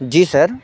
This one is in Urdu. جی سر